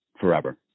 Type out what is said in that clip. forever